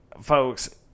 folks